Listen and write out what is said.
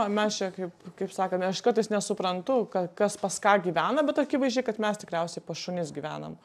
o mes čia kaip kaip sakant aš kartais nesuprantu ka kas pas ką gyvena bet akivaizdžiai kad mes tikriausiai pas šunis gyvenam